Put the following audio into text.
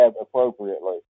appropriately